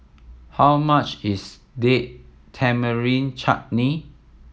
how much is Date Tamarind Chutney